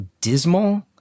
dismal